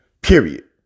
period